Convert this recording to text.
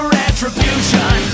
retribution